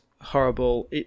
horrible